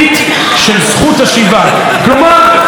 כלומר, רק כמה עשרות אלפים,